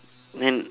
then